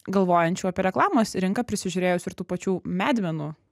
galvojančių apie reklamos rinką prisižiūrėjusių ir tų pačių medvenų